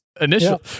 initial